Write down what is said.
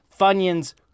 Funyun's